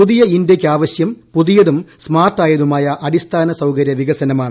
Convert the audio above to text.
പുതിയ ഇന്തൃയ്ക്ക് ആവശ്യം പുതിയതും സ്മാർട്ടായതുമായ അടിസ്ഥാന സൌകര്യ വികസനമാണ്